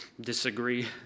disagree